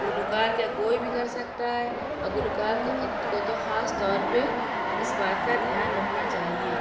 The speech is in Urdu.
گلوکار کیا کوئی بھی کر سکتا ہے اور گلوکار کو کو تو خاص طور پہ اس بات کا دھیان رکھنا چاہیے